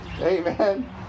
Amen